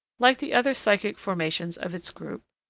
like the other psychic formations of its group,